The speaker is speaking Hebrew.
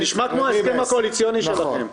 זה נשמע כמו ההסכם הקואליציוני שלכם.